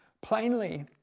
Plainly